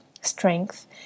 strength